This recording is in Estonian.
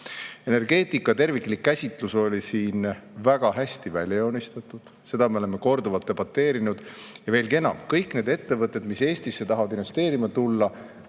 Energeetika terviklik käsitlus oli siin väga hästi välja joonistatud. Selle üle me oleme korduvalt debateerinud. Veelgi enam, kõik need ettevõtted, mis Eestisse tahavad investeerima tulla,